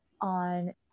on